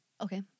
Okay